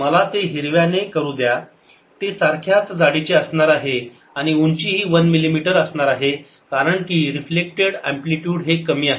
मला ते हिरव्या ने करू द्या ते सारख्याच जाडीचे असणार आहे आणि उंची ही 1 मिलिमीटर असणार आहे कारण की रिफ्लेक्टेड अँप्लिटयूड हे कमी आहे